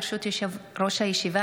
ברשות יושב-ראש הישיבה,